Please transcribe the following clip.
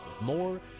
more